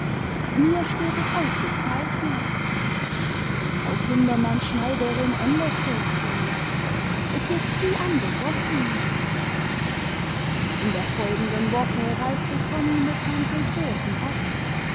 mir steht es ausgezeichnet frau kindermanns schneiderin änderte es für mich es sitzt wie angegossen in der folgenden woche reiste konni mit herrn von vohsen ab